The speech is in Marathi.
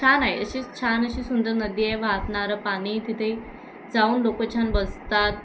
छान आहे अशीच छान अशी सुंदर नदी आहे वाहतणारं पाणी तिथे जाऊन लोक छान बसतात